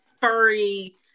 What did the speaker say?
furry